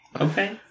Okay